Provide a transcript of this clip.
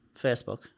Facebook